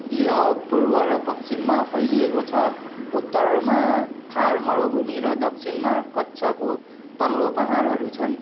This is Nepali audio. यो पूर्व र पश्चिममा फैलिएको छ उत्तरमा थार मरुभूमि र दक्षिणमा कच्छको तल्लो पाहाडहरू छन्